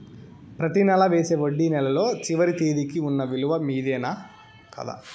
ప్రతి నెల వేసే వడ్డీ నెలలో చివరి తేదీకి వున్న నిలువ మీదనే కదా?